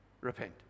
Repent